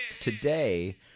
Today